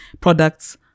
products